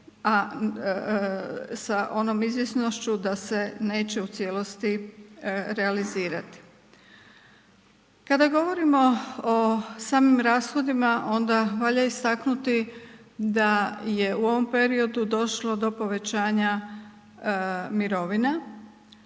sa onom izvjesnošću da se neće u cijelosti realizirati. Kada govorimo o samim rashodima onda valja istaknuti da je u ovom periodu došlo do povećanja mirovina